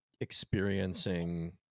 experiencing